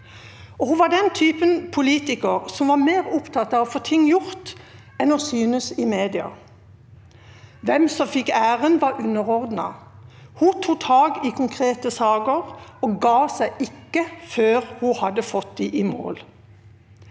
Hun var den typen politiker som var mer opptatt av å få ting gjort, enn å synes i media. Hvem som fikk æren, var underordnet: Hun tok tak i konkrete saker og ga seg ikke før hun hadde fått dem i mål.